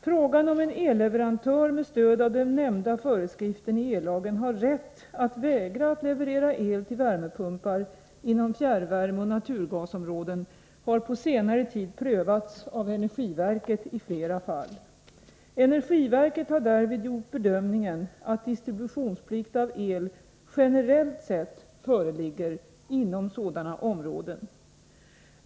Frågan om en elleverantör med stöd av den nämnda föreskriften i ellagen har rätt att vägra att leverera el till värmepumpar inom fjärrvärmeoch naturgasområden har på senare tid prövats av energiverket i flera fall. Energiverket har därvid gjort bedömningen att distributionsplikt avseende el generellt sett föreligger inom sådana områden.